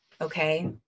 Okay